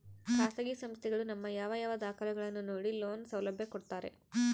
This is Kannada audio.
ಖಾಸಗಿ ಸಂಸ್ಥೆಗಳು ನಮ್ಮ ಯಾವ ಯಾವ ದಾಖಲೆಗಳನ್ನು ನೋಡಿ ಲೋನ್ ಸೌಲಭ್ಯ ಕೊಡ್ತಾರೆ?